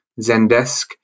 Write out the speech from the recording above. Zendesk